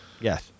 Yes